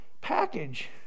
package